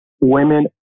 women